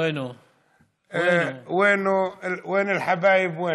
(אומר בערבית: ואיפה הוא?)